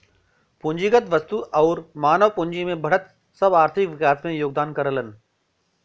पूंजीगत वस्तु आउर मानव पूंजी में बढ़त सब आर्थिक विकास में योगदान करलन